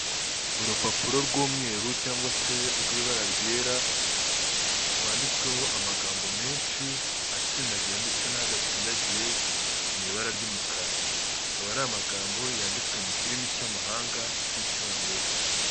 Urupapuro rw'umweru cyangwa se rw'ibara ryera rwanditsweho amagambo menshi atsindagiye ndetse n'adatsindagiye mu ibara ry'umukara, akaba ari amagambo yanditswe mu kirimi cy'amahanga cy'icyongereza.